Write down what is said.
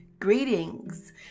Greetings